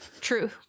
true